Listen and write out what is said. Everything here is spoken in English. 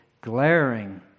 glaring